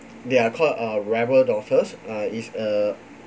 they are called ah rebel daughters err is uh